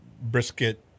brisket